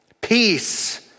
peace